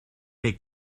les